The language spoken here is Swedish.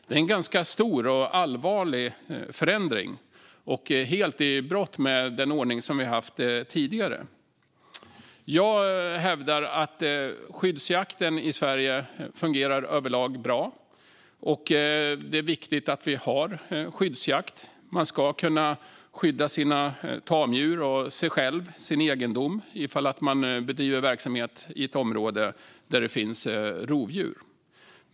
Det är en ganska stor och allvarlig förändring, helt i strid med den ordning som vi har haft tidigare. Jag hävdar att skyddsjakten i Sverige överlag fungerar bra. Det är viktigt att vi har skyddsjakt. Man ska kunna skydda sina tamdjur, sig själv och sin egendom ifall man bedriver verksamhet i ett område där det finns rovdjur.